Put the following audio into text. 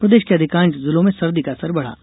प्रदेश के अधिकांश जिलों में सर्दी का असर बढ़ा